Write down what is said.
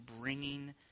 bringing